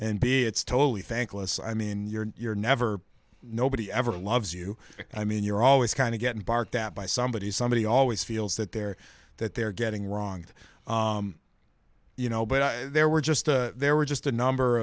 and be it's totally thankless i mean you're you're never nobody ever loves you i mean you're always kind of getting barked that by somebody somebody always feels that they're that they're getting wrong you know but there were just there were just a number